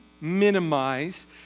minimize